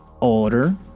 order